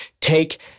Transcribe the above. take